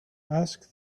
ask